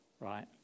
Right